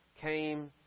came